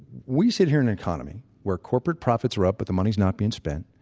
we sit here in an economy where corporate profits are up, but the money's not being spent,